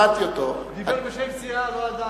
הוא דיבר בשם הסיעה, לא על דעתי.